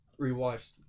rewatched